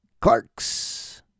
Clarks